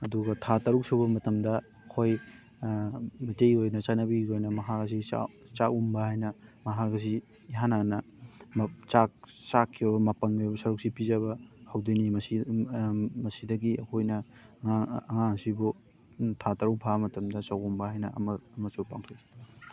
ꯑꯗꯨꯒ ꯊꯥ ꯇꯔꯨꯛ ꯁꯨꯕ ꯃꯇꯝꯗ ꯑꯩꯈꯣꯏ ꯃꯩꯇꯩꯒꯤ ꯑꯣꯏꯅ ꯆꯠꯅꯕꯤꯒꯤ ꯑꯣꯏꯅ ꯃꯍꯥꯛ ꯑꯁꯤ ꯆꯥꯛ ꯆꯥꯛ ꯎꯝꯕ ꯍꯥꯏꯅ ꯃꯍꯥꯛ ꯑꯁꯤ ꯏꯍꯥꯟ ꯍꯥꯟꯅ ꯆꯥꯛ ꯆꯥꯛꯀꯤ ꯑꯣꯏꯕ ꯃꯄꯪꯒꯤ ꯑꯣꯏꯕ ꯁꯔꯨꯛꯁꯤ ꯄꯤꯖꯕ ꯍꯧꯗꯣꯏꯅꯤ ꯃꯁꯤꯗ ꯃꯁꯤꯗꯒꯤ ꯑꯩꯈꯣꯏꯅ ꯑꯉꯥꯡ ꯑꯁꯤꯕꯨ ꯊꯥ ꯇꯔꯨꯛ ꯐꯥꯕ ꯃꯇꯝꯗ ꯆꯥꯛ ꯎꯝꯕ ꯍꯥꯏꯅ ꯑꯃ ꯑꯃꯁꯨ ꯄꯥꯡꯊꯣꯛꯏ